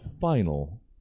final